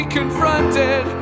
confronted